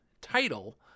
title